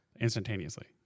instantaneously